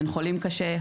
אין חולים קשה,